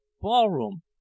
Ballroom